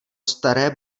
staré